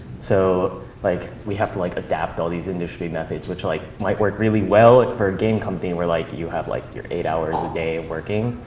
so like we have to like adapt all these industry methods, which like might work really well and for a game company, where like you have like your eight hours a day of working.